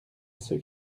ceux